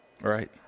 Right